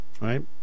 right